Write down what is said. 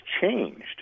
changed